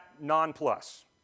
non-plus